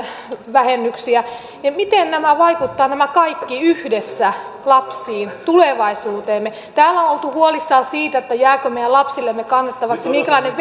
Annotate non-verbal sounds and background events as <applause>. vähennyksiä miten nämä vaikuttavat nämä kaikki yhdessä lapsiin tulevaisuuteemme täällä on oltu huolissaan siitä jääkö meidän lapsillemme kannettavaksi minkälainen <unintelligible>